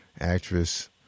actress